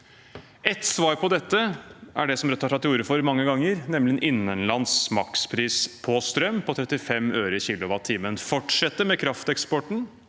Et svar på dette er det som Rødt har tatt til orde for mange ganger, nemlig en innenlands makspris på strøm på 35 øre/kWh. Vi kan fortsette med krafteksporten,